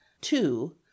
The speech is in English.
two